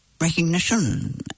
recognition